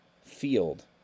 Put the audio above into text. field